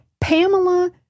Pamela